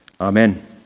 Amen